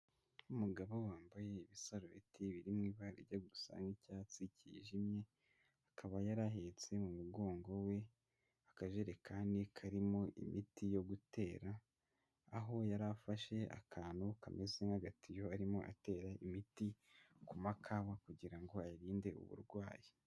Umugabo wambaye ibisaroti biri mu ibara rijya gusa nk'icyatsi kijimye, akaba yarahetse mu mugongo we akajerekani karimo imiti yo gutera. Aho yari afashe akantu kameze nk'agatiyo arimo atera imiti ku makawa kugira ngo ayarinde uburwayi.